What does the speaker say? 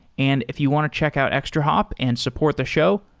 and if you want to check out extrahop and support the show,